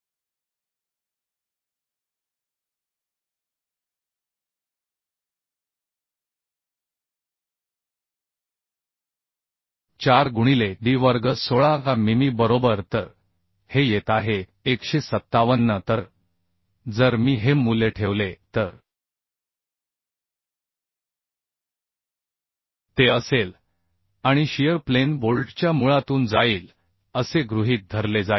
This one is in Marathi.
78 गुणिले पाई भागिले 4 गुणिले d वर्ग 16 मिमी बरोबर तर हे येत आहे 157 तर जर मी हे मूल्य ठेवले तर ते असेल आणि शिअर प्लेन बोल्टच्या मुळातून जाईल असे गृहीत धरले जाईल